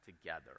together